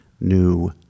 new